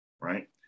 right